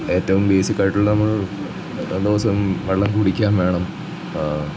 ഏറ്റോം ബേസിക്കായിട്ടുള്ള നമുക്ക് എല്ലാ ദിവസവും വെള്ളം കുടിക്കാൻ വേണം